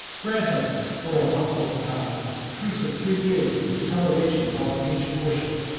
grant us, o apostle of god! a truce of three years, with the toleration of our ancient worship.